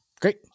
Great